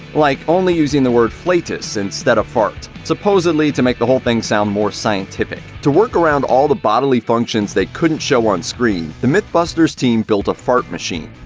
like only using the word flatus instead of fart, supposedly to make the whole thing sound more scientific. to work around all the bodily functions they couldn't show on screen, the mythbusters team built a fart machine.